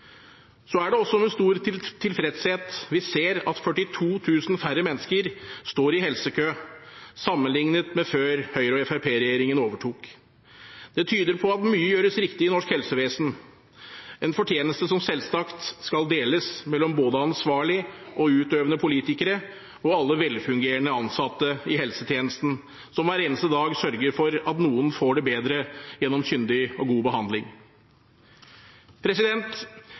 Så er det også med stor tilfredshet vi ser at 42 000 færre mennesker står i helsekø, sammenlignet med før Høyre–Fremskrittsparti-regjeringen overtok. Det tyder på at mye gjøres riktig i norsk helsevesen, en fortjeneste som selvsagt skal deles mellom både ansvarlige og utøvende politikere og alle velfungerende ansatte i helsetjenesten, som hver eneste dag sørger for at noen får det bedre gjennom kyndig og god behandling.